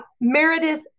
Meredith